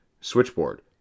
switchboard